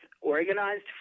organized